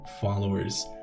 followers